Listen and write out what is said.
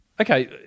okay